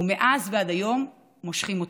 מאז ועד היום מושכים אותו.